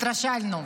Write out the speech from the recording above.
התרשלנו.